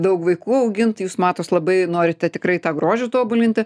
daug vaikų augint jūs matos labai norite tikrai tą grožį tobulinti